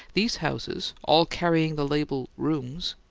these houses, all carrying the label. rooms,